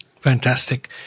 Fantastic